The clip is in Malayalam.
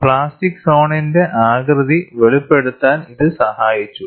പ്ലാസ്റ്റിക് സോണിന്റെ ആകൃതി വെളിപ്പെടുത്താൻ ഇത് സഹായിച്ചു